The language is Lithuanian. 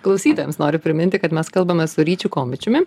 klausytojams noriu priminti kad mes kalbame su ryčiu komičiumi